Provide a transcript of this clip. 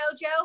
Joe